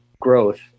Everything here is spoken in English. growth